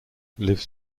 lives